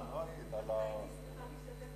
31א(ב)(1) לחוק משק החשמל קובע כי שר התשתיות,